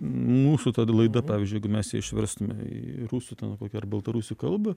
mūsų ta laida pavyzdžiui jeigu mes ją išverstume į rusų ten kokią ar baltarusių kalbą